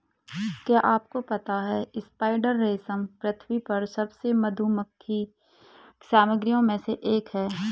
क्या आपको पता है स्पाइडर रेशम पृथ्वी पर सबसे बहुमुखी सामग्रियों में से एक है?